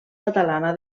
catalana